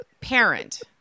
parent